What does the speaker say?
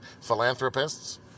philanthropists